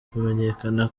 kumenyekana